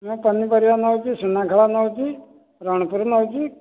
ମୁଁ ପନିପରିବା ନେଉଛି ସୁନାଖେଳା ନେଉଛି ରଣପୁର ନେଉଛି